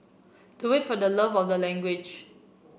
do it for the love of the language